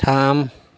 थाम